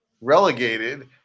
relegated